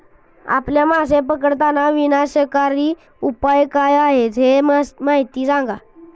आपल्या मासे पकडताना विनाशकारी उपाय काय आहेत हे माहीत आहे का?